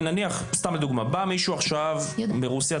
לדוגמה, מישהו עולה מרוסיה.